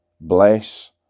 bless